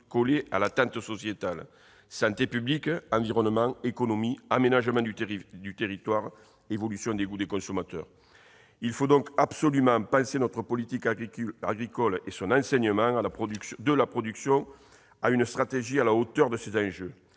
coller à l'attente sociétale : santé publique, environnement, économie, aménagement du territoire, évolution des goûts des consommateurs. Il faut absolument penser notre politique agricole de son enseignement à la production en adoptant une stratégie à la hauteur de ces enjeux,